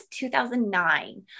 2009